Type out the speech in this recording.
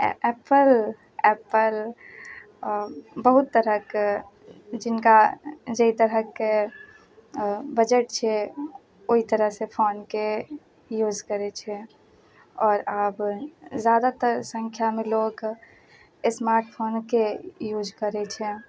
Apple Apple बहुत तरहक जिनका जाहि तरहक बजट छै ओहि तरह से फोनके यूज करै छै आओर आब जा बढ़िया हम चाबी लेते आते हैं दुकान केदातर संख्या मे लोक स्मार्टफोनके यूज करै छै